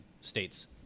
state's